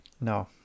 No